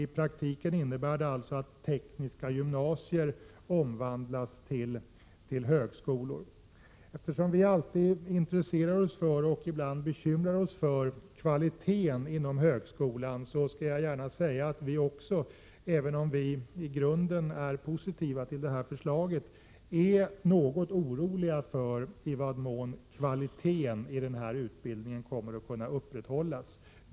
I praktiken innebär förslaget att tekniska gymnasier omvandlas till högskolor. Vi intresserar oss alltid för kvaliteten inom högskolan, och vi bekymrar oss också för den ibland. Även om vi i grunden är positiva till detta förslag, är vi något oroliga för i vad mån kvaliteten på denna utbildning kommer att kunna upprätthållas.